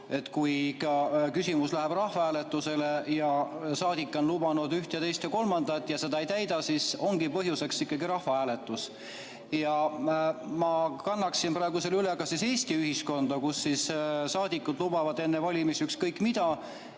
ikka küsimus läheb rahvahääletusele ja saadik on lubanud ühte ja teist ja kolmandat, aga seda ei täida, siis ongi põhjuseks ikkagi rahvahääletus. Ma kannaksin selle praegu üle ka Eesti ühiskonda, kus saadikud lubavad enne valimisi ükskõik mida